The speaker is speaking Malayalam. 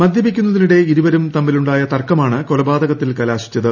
മദ്യപിക്കുന്നതിനിടെ ഇരുവരും തമ്മിലുണ്ടായ തർക്കമാണ് കൊലപാതകത്തിൽ കലാശിച്ചത്